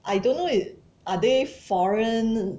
I don't know if are they foreign